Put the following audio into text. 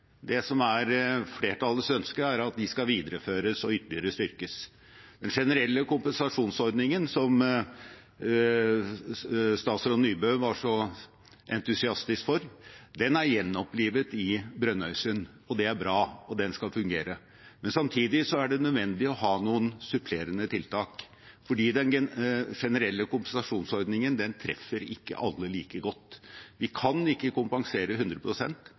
Det som er flertallets ønske, er at de skal videreføres og ytterligere styrkes. Den generelle kompensasjonsordningen, som statsråd Nybø var så entusiastisk over, er gjenopplivet i Brønnøysund. Det er bra, og den skal fungere. Samtidig er det nødvendig å ha noen supplerende tiltak, for den generelle kompensasjonsordningen treffer ikke alle like godt. Vi kan ikke kompensere